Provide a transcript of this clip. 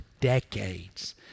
decades